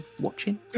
watching